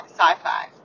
sci-fi